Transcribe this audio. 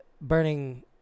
burning